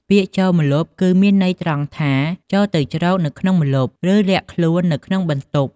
ពាក្យ "ចូលម្លប់" គឺមានន័យត្រង់ថា "ចូលទៅជ្រកនៅក្នុងម្លប់" ឬ "លាក់ខ្លួននៅក្នុងបន្ទប់"។